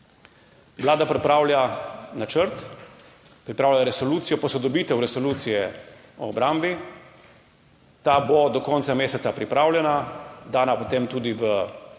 Vlada pripravlja načrt, pripravlja resolucijo, posodobitev resolucije o obrambi, ta bo do konca meseca pripravljena, dana potem tudi v